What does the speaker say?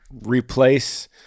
Replace